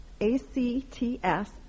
A-C-T-S